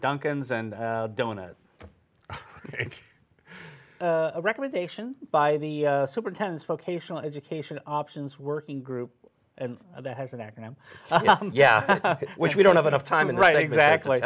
duncans and donut recommendation by the superintendent's vocational education options working group that has an acronym yeah which we don't have enough time in right exactly